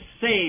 save